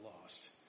lost